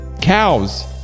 cows